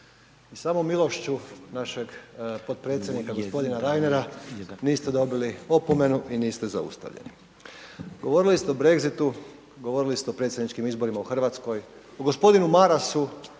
samom milošću našeg potpredsjednika g. Reinera niste dobili opomenu i niste zaustavljeni. Govorili ste o Brexitu, govorili ste o predsjedničkim izborima u Hrvatskoj, o g. Marasu